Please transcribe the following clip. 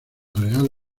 real